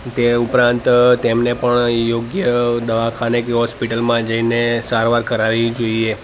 તે ઉપરાંત તેમને પણ યોગ્ય દવાખાને કે હોસ્પિટલમાં જઈને સારવાર કરાવવી જોઈએ